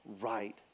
right